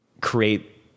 create